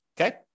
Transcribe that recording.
Okay